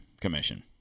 Commission